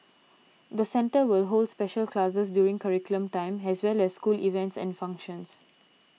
the centre will hold special classes during curriculum time as well as school events and functions